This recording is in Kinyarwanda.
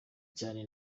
cyane